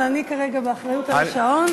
אבל אני כרגע באחריות על השעון.